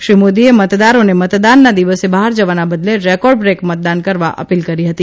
શ્રી મોદીએ મતદારોને મતદાનના દિવસે બહાર જવાના બદલે રેકોર્ડ બ્રેક મતદાન કરવા અપીલ કરી હતી